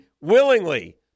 willingly